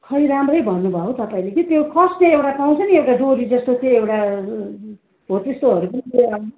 खै राम्रै भन्नु भयो हो तपाईँले कि त्यो कस्ने एउटा पाउँछ नि त्यो डोरी जस्तो चाहिँ एउटा हो त्यस्तोहरू पनि लिएर आउनु